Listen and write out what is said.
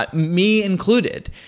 but me included.